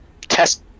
test